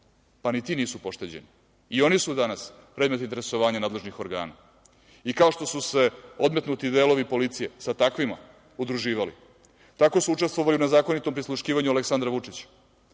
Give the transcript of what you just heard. pa ni ti nisu pošteđeni. I oni su danas predmet interesovanja nadležnih organa. I kao što su se odmetnuti delovi policije sa takvima udruživali, tako su učestovali u nezakonitom prisluškivanju Aleksandra Vučića,